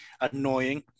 annoying